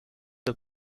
the